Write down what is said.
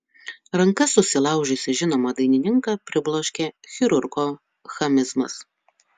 rankas susilaužiusį žinomą dainininką pribloškė chirurgo chamizmas